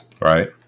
Right